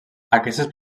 aquestes